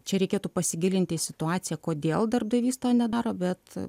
čia reikėtų pasigilinti į situaciją kodėl darbdavys to nedaro bet